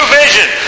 vision